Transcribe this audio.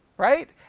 Right